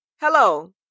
Hello